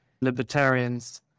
libertarians